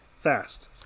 Fast